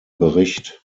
bericht